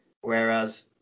Whereas